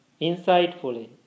insightfully